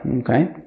Okay